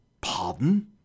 Pardon